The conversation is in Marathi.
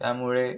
त्यामुळे